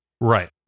Right